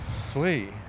sweet